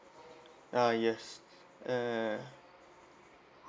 ah yes and